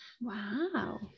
Wow